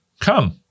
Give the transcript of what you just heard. come